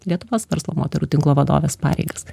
lietuvos verslo moterų tinklo vadovės pareigas